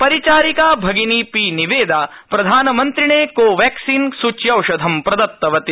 परिचारिका भगिनी पी निवेदा प्रधानमन्त्रिणे कौवस्सीन् सूच्यौषधं प्रदत्तवती